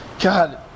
God